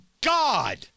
God